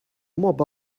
mob